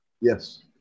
Yes